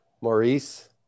maurice